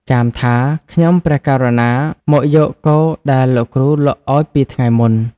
ចាមថា "ខ្ញុំព្រះករុណាមកយកគោដែលលោកគ្រូលក់ឲ្យពីថ្ងៃមុន"។